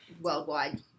worldwide